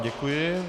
Děkuji.